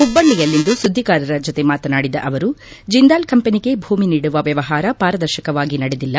ಹುಬ್ಬಳ್ಳಯಲ್ಲಿಂದು ಸುದ್ದಿಗಾರರ ಜತೆ ಮಾತನಾಡಿದ ಅವರು ಜಿಂದಾಲ್ ಕಂಪನಿಗೆ ಭೂಮಿ ನೀಡುವ ವ್ಯವಹಾರ ಪಾರದರ್ಶಕವಾಗಿ ನಡೆದಿಲ್ಲ